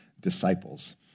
disciples